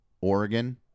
Oregon